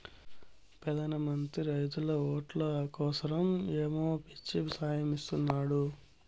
పెదాన మంత్రి రైతుల ఓట్లు కోసరమ్ ఏయో పిచ్చి సాయలిస్తున్నాడు